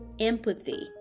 empathy